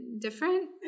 different